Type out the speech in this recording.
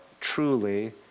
truly